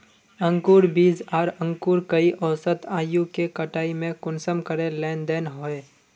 अंकूर बीज आर अंकूर कई औसत आयु के कटाई में कुंसम करे लेन देन होए?